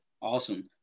Awesome